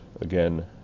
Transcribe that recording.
again